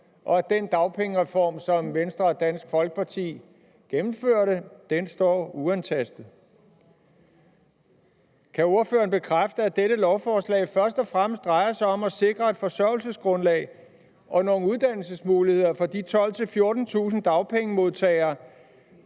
og at den dagpengereform, som Venstre og Dansk Folkeparti gennemførte, står uantastet? Kan ordføreren bekræfte, at dette lovforslag først og fremmest drejer sig om at sikre et forsørgelsesgrundlag og nogle uddannelsesmuligheder for de 12.000-14.000 dagpengemodtagere,